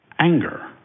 anger